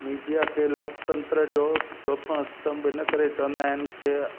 media खे लोकतंत्र जो चौथो स्तंभ इन करे चवंदा आहिनि की